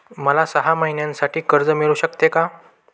मला सहा महिन्यांसाठी कर्ज मिळू शकते का?